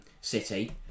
City